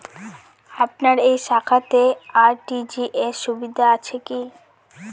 আপনার এই শাখাতে আর.টি.জি.এস সুবিধা আছে কি?